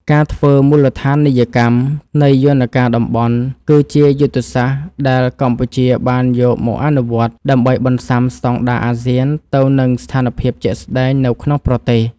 ការធ្វើមូលដ្ឋានីយកម្មនៃយន្តការតំបន់ គឺជាយុទ្ធសាស្ត្រដែលកម្ពុជាបានយកមកអនុវត្ត ដើម្បីបន្ស៊ាំស្តង់ដារអាស៊ានទៅនឹងស្ថានភាពជាក់ស្តែងនៅក្នុងប្រទេស។